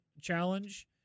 challenge